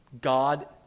God